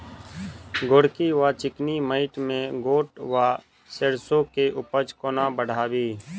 गोरकी वा चिकनी मैंट मे गोट वा सैरसो केँ उपज कोना बढ़ाबी?